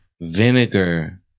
vinegar